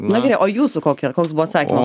na gerai o jūsų kokia koks buvo atsakymas